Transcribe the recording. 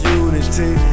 unity